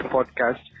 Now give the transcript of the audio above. Podcast